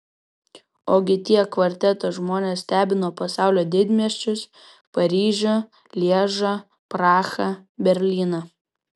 ogi tie kvarteto žmonės stebino pasaulio didmiesčius paryžių lježą prahą berlyną